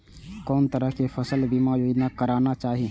कोन तरह के फसल बीमा योजना कराना चाही?